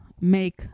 make